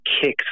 kicks